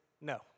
no